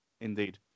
Indeed